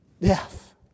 death